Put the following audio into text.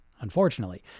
unfortunately